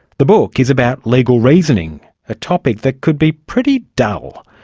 the book is about legal reasoning, a topic that could be pretty dull.